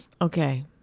Okay